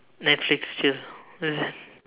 netflix ya